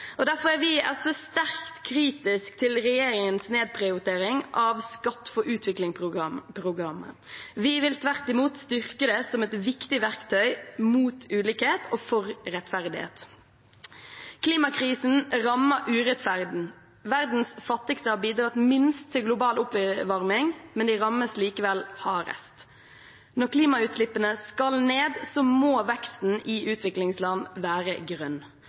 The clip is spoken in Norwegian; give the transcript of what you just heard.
Derfor er vi i SV sterkt kritiske til regjeringens nedprioritering av Skatt for utvikling-programmet. Vi vil tvert imot styrke det som et viktig verktøy mot ulikhet og for rettferdighet. Klimakrisen rammer urettferdig. Verdens fattigste har bidratt minst til global oppvarming, men de rammes hardest. Når klimautslippene skal ned, må veksten i utviklingsland være grønn.